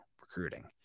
recruiting